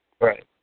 Right